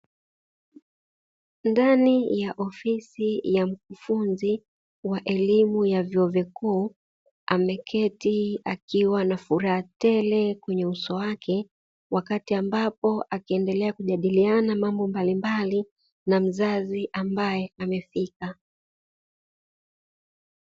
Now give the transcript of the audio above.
Ndani ya ofisi ya mkufunzi wa elimu ya vyuo vikuu, ameketi akiwa na furaha tele kwenye uso wake, wakati ambapo akiendelea kujadiliana mambo mbalimbali na mzazi ambaye amefika.